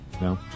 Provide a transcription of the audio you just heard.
no